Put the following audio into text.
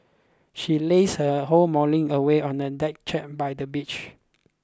she lazed her whole morning away on a deck chair by the beach